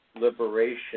liberation